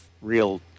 real